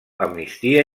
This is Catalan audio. amnistia